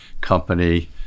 company